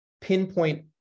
pinpoint